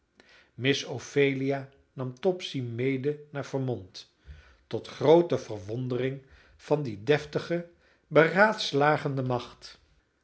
miss ophelia nam topsy mede naar vermont tot groote verwondering van die deftige beraadslagende macht